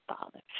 Father